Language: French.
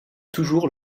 toujours